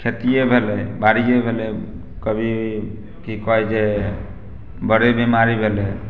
खेतिये भेलै बाड़िये भेलै कभी की कहै छै बड़े बीमारी भेलै